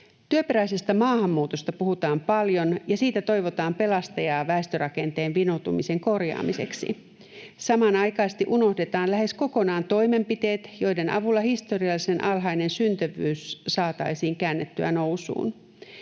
Työperäisestä maahanmuutosta puhutaan paljon, ja siitä toivotaan pelastajaa väestörakenteen vinoutumisen korjaamiseksi. Samanaikaisesti unohdetaan lähes kokonaan toimenpiteet, joiden avulla historiallisen alhainen syntyvyys saataisiin käännettyä nousuun.